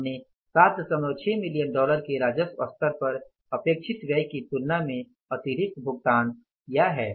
हमने 76 million dollar के राजस्व स्तर पर अपेक्षित व्यय की तुलना में अतिरिक्त भुगतान किया है